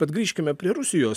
bet grįžkime prie rusijos